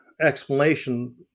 explanation